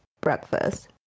breakfast